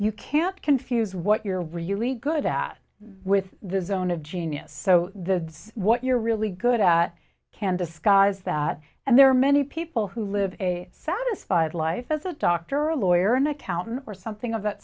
you can't confuse what you're really good at with the zone of genius so the what you're really good at can disguise that and there are many people who live a satisfied life as a doctor or a lawyer or an accountant or something of that